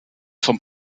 vom